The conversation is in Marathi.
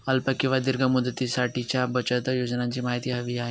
अल्प किंवा दीर्घ मुदतीसाठीच्या बचत योजनेची माहिती हवी आहे